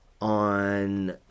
on